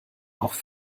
auch